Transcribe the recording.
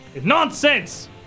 Nonsense